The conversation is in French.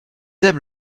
aiment